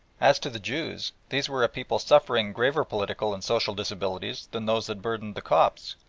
as to the jews, these were a people suffering graver political and social disabilities than those that burthened the copts,